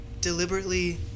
deliberately